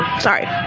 Sorry